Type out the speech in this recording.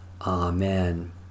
Amen